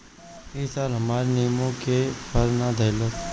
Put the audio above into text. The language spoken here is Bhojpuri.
इ साल हमर निमो के फर ना धइलस